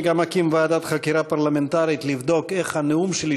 אני גם אקים ועדת חקירה פרלמנטרית לבדוק איך הנאום שלי,